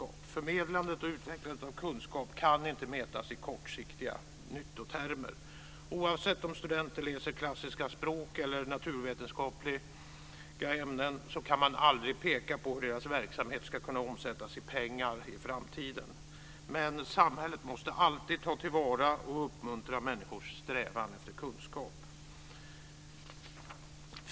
Förmedlandet och utvecklandet av kunskap kan inte mätas i kortsiktiga nyttotermer. Oavsett om studenter läser klassiska språk eller naturvetenskapliga ämnen kan man aldrig peka på hur deras verksamhet ska kunna omsättas i pengar i framtiden. Men samhället måste alltid ta till vara och uppmuntra människors strävan efter kunskap.